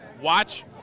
watch